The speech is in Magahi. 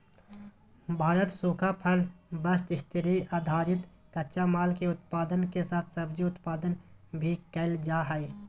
भारत सूखा फल, वस्त्र, कृषि आधारित कच्चा माल, के उत्पादन के साथ सब्जी उत्पादन भी कैल जा हई